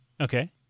okay